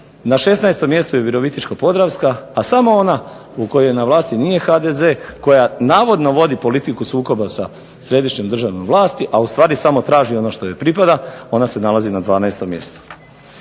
mjestu je Virovitičko-podravska, a samo ona u kojoj na vlasti nije HDZ koja navodno vodi politiku sukoba sa središnjom državnom vlasti, a u stvari samo traži onoj što joj pripada, ona se nalazi na 12. mjestu.